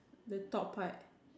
the top part